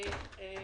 אדוני,